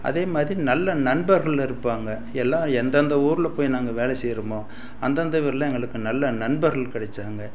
அதேமாதிரி நல்ல நண்பர்கள் இருப்பாங்க எல்லாம் எந்தெந்த ஊரில் போய் நாங்கள் வேலை செய்கிறோமோ அந்தந்த ஊரில் எங்களுக்கு நல்ல நண்பர்கள் கிடைத்தாங்க